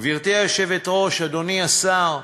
גברתי היושבת-ראש, אדוני השר,